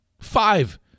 Five